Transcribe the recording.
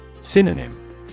Synonym